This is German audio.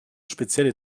spezielle